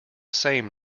same